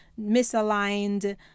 misaligned